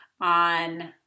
on